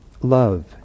Love